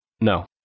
No